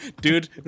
Dude